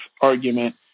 argument